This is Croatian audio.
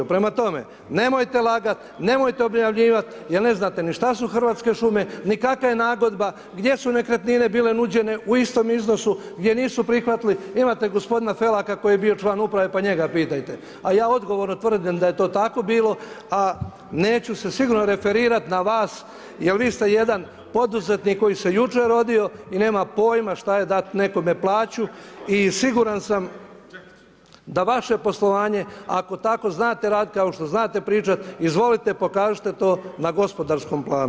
Prema tome, nemojte lagat, nemojte obmanjivati jer ne znate ni šta su Hrvatske šume ni kakva je nagodba, gdje su nekretnine bile nuđene u istom iznosu gdje nisu prihvatili, imate gospodina Felaka koji bio član uprave pa njega pitajte a ja odgovorno tvrdim da je to tako bilo a neću se sigurno referirati na vas jer vi ste jedan poduzetnik koji se jučer rodio i nema pojma šta je dato nekome plaću i siguran sam da vaše poslovanje ako tako znate raditi kao što znate pričati, izvolite i pokažite to na gospodarskom planu.